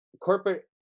corporate